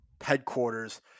headquarters